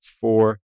four